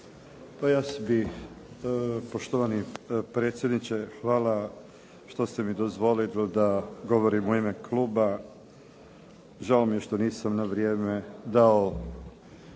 (SDAH)** Poštovani predsjedniče, hvala što ste mi dozvolili da govorim u ime kluba. Žao mi je što nisam na vrijeme dao